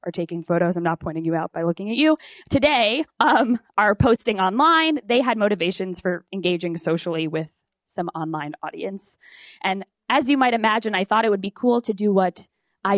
are taking photos i'm not pointing you out by looking at you today um posting online they had motivations for engaging socially with some online audience and as you might imagine i thought it would be cool to do what i